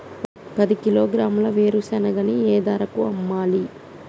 పది కిలోగ్రాముల వేరుశనగని ఏ ధరకు అమ్మాలి?